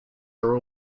are